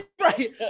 Right